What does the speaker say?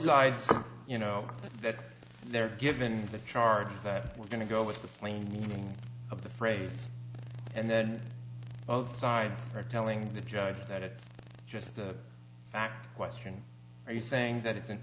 sides you know that they're given the charge that we're going to go with the plain meaning of the phrase and then sides are telling the judge that it's just a fact question are you saying that it's an